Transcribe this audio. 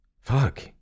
Fuck